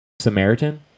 Samaritan